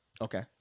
Okay